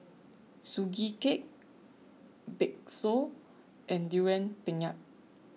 Sugee Cake Bakso and Durian Pengat